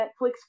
netflix